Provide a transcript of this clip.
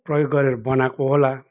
प्रयोग गरेर बनाएको होला